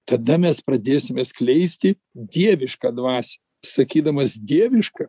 tada mes pradėsime skleisti dievišką dvasią sakydamas dievišką